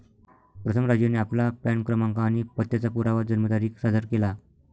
प्रथम राजूने आपला पॅन क्रमांक आणि पत्त्याचा पुरावा जन्मतारीख सादर केला